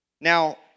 now